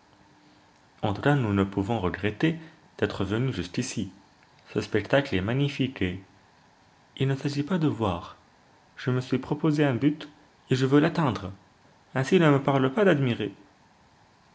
en tout cas nous ne pouvons regretter d'être venus jusqu'ici ce spectacle est magnifique et il ne s'agit pas de voir je me suis proposé un but et je veux l'atteindre ainsi ne me parle pas d'admirer